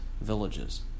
villages